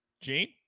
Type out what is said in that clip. Gene